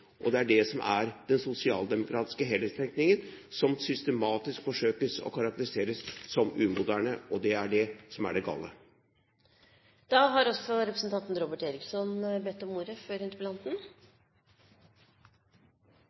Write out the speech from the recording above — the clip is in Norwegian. og norsk verdiskaping. Det er det som er den sosialdemokratiske helhetstenkningen som man systematisk forsøker å karakterisere som umoderne, og det er det som er det